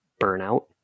burnout